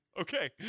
Okay